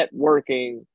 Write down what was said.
networking